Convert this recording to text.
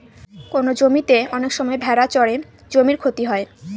কোনো জমিতে অনেক সময় ভেড়া চড়ে জমির ক্ষতি হয়